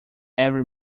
every